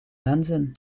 lenzen